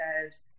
says